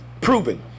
proven